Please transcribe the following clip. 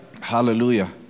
Hallelujah